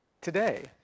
today